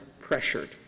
pressured